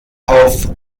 auf